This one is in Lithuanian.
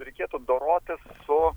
reikėtų dorotis su